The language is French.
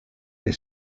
est